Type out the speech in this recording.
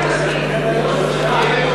ברכה מסכים להיות ראש